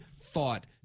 thought